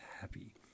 happy